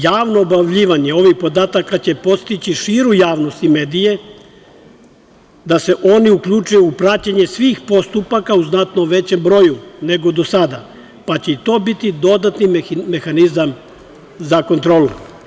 Javno objavljivanje ovih podataka će podstaći širu javnost i medije da se oni uključe u praćenje svih postupaka u znatno većem broju nego do sada pa će i to biti dodatni mehanizam za kontrolu.